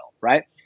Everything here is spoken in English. right